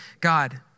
God